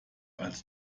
als